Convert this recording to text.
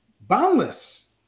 boundless